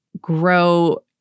grow